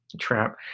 trap